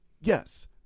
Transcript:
Yes